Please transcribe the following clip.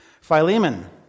Philemon